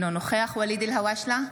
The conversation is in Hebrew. אינו נוכח ואליד אלהואשלה,